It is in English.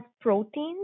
proteins